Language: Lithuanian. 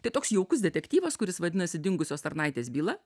tai toks jaukus detektyvas kuris vadinasi dingusios tarnaitės byla